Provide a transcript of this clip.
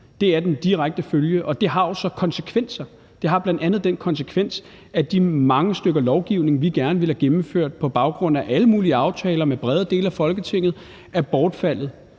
jo så konsekvenser. Det har bl.a. den konsekvens, at de mange stykker lovgivning, vi gerne ville have gennemført på baggrund af alle mulige aftaler med brede dele af Folketinget, er bortfaldet.